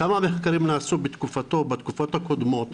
כמה מחקרים נעשו בתקופתו בתקופות הקודמות,